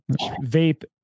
vape